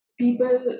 people